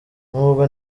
nubwo